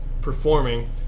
performing